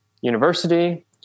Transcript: university